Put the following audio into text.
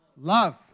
Love